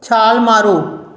ਛਾਲ ਮਾਰੋ